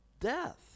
death